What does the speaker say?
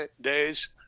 days